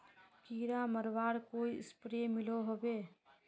कीड़ा मरवार कोई स्प्रे मिलोहो होबे?